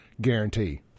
guarantee